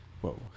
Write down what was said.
Whoa